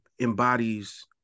embodies